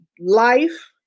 life